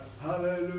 Hallelujah